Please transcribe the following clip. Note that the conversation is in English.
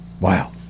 Wow